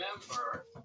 remember